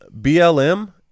BLM